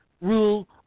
rule